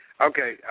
Okay